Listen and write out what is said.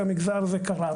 למגזר זה קרה,